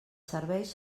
serveis